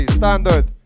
standard